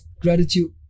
gratitude